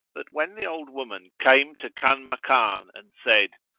that when the old woman came to kanmakan and said,